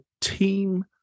team